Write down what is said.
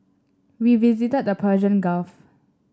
we visited the Persian Gulf